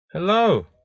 Hello